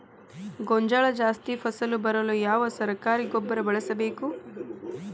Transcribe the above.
ಗೋಂಜಾಳ ಜಾಸ್ತಿ ಫಸಲು ಬರಲು ಯಾವ ಸರಕಾರಿ ಗೊಬ್ಬರ ಬಳಸಬೇಕು?